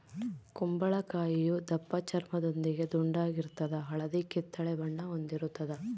ಕುಂಬಳಕಾಯಿಯು ದಪ್ಪಚರ್ಮದೊಂದಿಗೆ ದುಂಡಾಗಿರ್ತದ ಹಳದಿ ಕಿತ್ತಳೆ ಬಣ್ಣ ಹೊಂದಿರುತದ